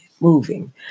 moving